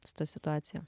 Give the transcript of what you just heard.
su situacija